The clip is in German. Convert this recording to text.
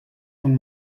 von